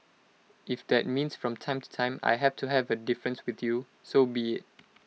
if that means from time to time I have to have A difference with you so be IT